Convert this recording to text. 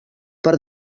per